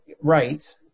right